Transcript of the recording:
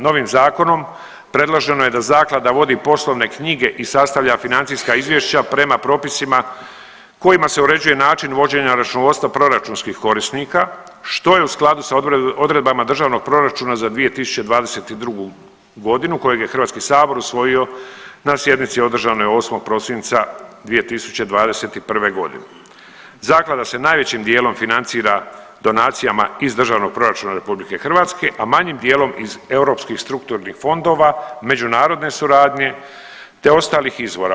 Novim zakonom predloženo je da zaklada vodi poslovne knjige i sastavlja financijska izvješća prema propisima kojima se uređuje način vođenja računovodstva proračunskih korisnika što je u skladu s odredbama državnog proračuna za 2022.g. kojeg je HS usvojio na sjednici održanoj 8. prosinca 2021.g. Zaklada se najvećim dijelom financira donacijama iz državnog proračuna RH, a manjim dijelom iz Europskih strukturnih fondova, međunarodne suradnje te ostalih izvora.